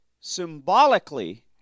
symbolically